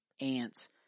ants